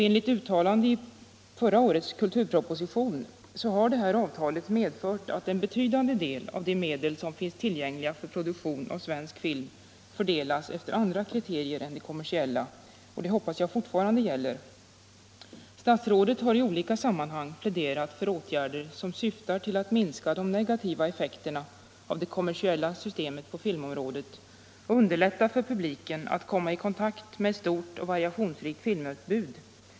Enligt uttalande i förra årets kulturproposition har detta avtal medfört att en betydande del av de medel som finns tillgängliga för produktion av svensk film fördelas efter andra kriterier än de kommersiella, och det hoppas jag fortfarande gäller. Statsrådet har i olika sammanhang pläderat för åtgärder som syftar till att minska de negativa effekterna av det kommersiella systemet på filmområdet och underlätta för publiken att komma i kontakt med ett stort och variationsrikt filmutbud.